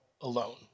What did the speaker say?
alone